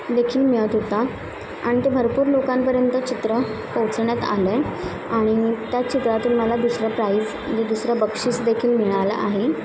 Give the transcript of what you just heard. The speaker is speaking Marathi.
देखील मिळत होता आणि ते भरपूर लोकांपर्यंत चित्र पोहचण्यात आलं आणि त्या चित्रातून मला दुसरं प्राईज दुसरं बक्षीसदेखील मिळालं आहे